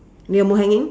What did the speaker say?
lei jau mou hanging